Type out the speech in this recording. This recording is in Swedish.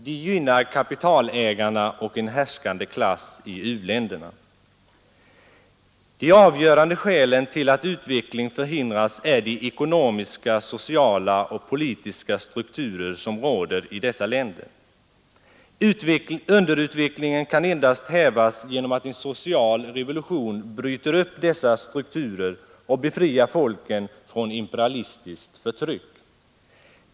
De gynnar kapitalägarna och en härskande klass i u-länderna. De avgörande skälen till att utveckling förhindras är de ekonomiska, sociala och politiska strukturer som råder i dessa länder. Underutvecklingen kan endast hävas genom att en social revolution bryter upp dessa strukturer och befriar folken från imperialistiskt förtryck.